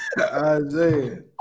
Isaiah